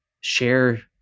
share